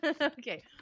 Okay